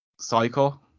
cycle